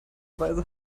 weise